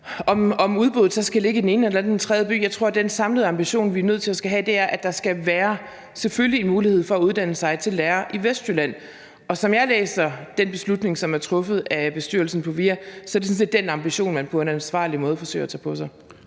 om udbuddet så skal ligge i den ene eller den anden eller den tredje by, vil jeg sige, at jeg tror, at den samlede ambition, vi er nødt til at have, er, at der selvfølgelig skal være en mulighed for at uddanne sig til lærer i Vestjylland. Og som jeg læser den beslutning, som er truffet af bestyrelsen på VIA, er det sådan set den ambition, man på en ansvarlig måde tager på sig.